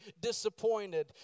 disappointed